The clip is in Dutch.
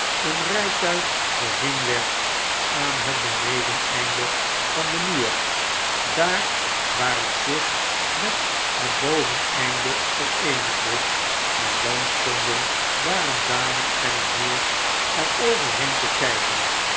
een rytuig gezien werd aan het benedeneinde van den muur daar waar het zich met het boveneinde vereenigde en dan stonden daar een dame en een heer er over heen te kyken